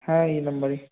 হ্যাঁ এই নাম্বারেই